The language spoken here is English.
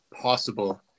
possible